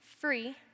free